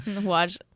Watch